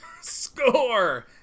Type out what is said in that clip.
Score